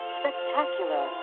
spectacular